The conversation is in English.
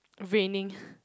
raining